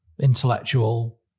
intellectual